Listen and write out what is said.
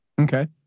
Okay